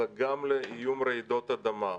אלא גם לאיום רעידות אדמה.